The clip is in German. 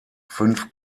fünf